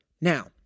Now